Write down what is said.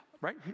Right